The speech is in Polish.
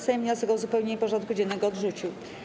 Sejm wniosek o uzupełnienie porządku dziennego odrzucił.